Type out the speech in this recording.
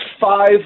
five